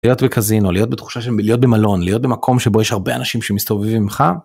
‫להיות בקזינו או להיות במלון, ‫להיות במקום שבו יש הרבה אנשים שמסתובבים אימך.